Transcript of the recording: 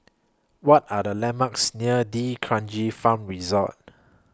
What Are The landmarks near D'Kranji Farm Resort